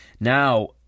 Now